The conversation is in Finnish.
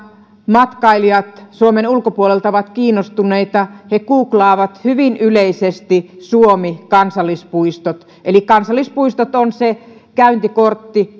matkailijat suomen ulkopuolelta ovat suomesta kiinnostuneita he googlaavat hyvin yleisesti suomi kansallispuistot eli kansallispuistot on se käyntikortti